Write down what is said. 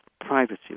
privacy